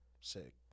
sick